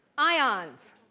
ions.